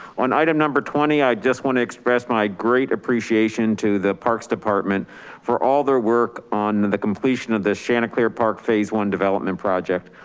on item number twenty, i just wanna express my great appreciation to the parks department for all their work on the completion of the chanticleer park phase i development project.